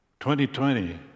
2020